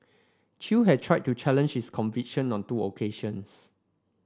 Chew had tried to challenge his conviction on two occasions